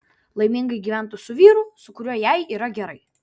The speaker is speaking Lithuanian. laimingai gyventų su vyru su kuriuo jai yra gerai